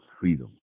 freedom